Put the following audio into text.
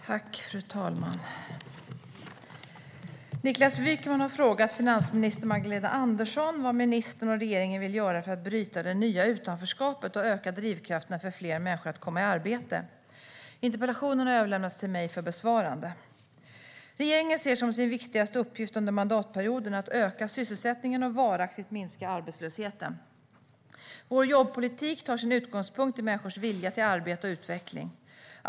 Fru talman! Niklas Wykman har frågat finansminister Magdalena Andersson vad ministern och regeringen vill göra för att bryta det nya utanförskapet och öka drivkrafterna för fler människor att komma i arbete. Interpellationen har överlämnats till mig för besvarande. Regeringen ser som sin viktigaste uppgift under mandatperioden att öka sysselsättningen och varaktigt minska arbetslösheten. Vår jobbpolitik tar sin utgångspunkt i människors vilja till arbete och utveckling.